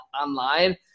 online